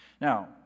Now